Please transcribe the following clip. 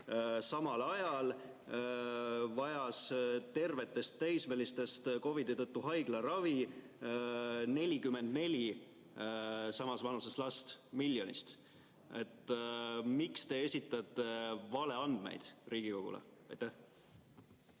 Samal ajal vajas tervetest teismelistest COVID‑i tõttu haiglaravi 44 samas vanuses last miljonist. Miks te esitate Riigikogule